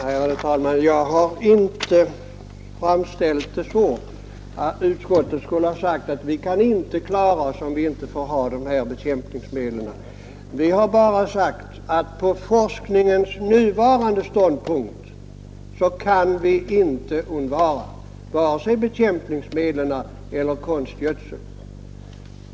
Ärade fru talman! Jag har inte framställt det så att utskottet skulle ha sagt att jordbruket inte kan klara sig om det inte får använda dessa bekämpningsmedel. Vi har bara sagt, att på forskningens nuvarande ståndpunkt kan vi inte undvara vare sig bekämpningsmedel eller konstgödsel.